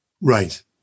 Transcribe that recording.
Right